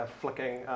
flicking